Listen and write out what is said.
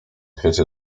świecie